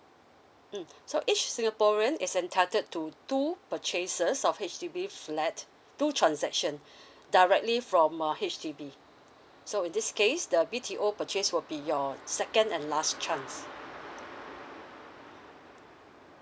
mm so each singaporean is entitled to two purchases of H_D_B flat two transaction directly from um H_D_B so in this case the B T O purchase will be your second and last chance